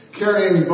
carrying